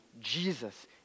Jesus